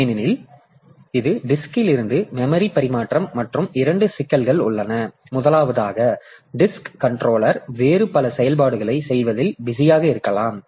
ஏனெனில் இது டிஸ்க்ல் இருந்து மெமரி பரிமாற்றம் மற்றும் 2 சிக்கல்கள் உள்ளன முதலாவதாக டிஸ்க் கண்ட்ரோலர் வேறு பல செயல்பாடுகளைச் செய்வதில் பிஸியாக இருக்கலாம்